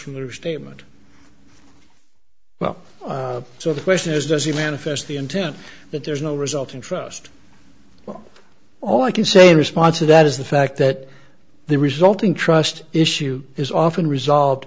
from the statement well so the question is does he manifest the intent that there's no resulting trust well all i can say in response to that is the fact that the resulting trust issue is often resolved